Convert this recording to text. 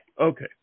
Okay